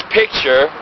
picture